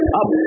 up